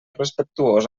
respectuós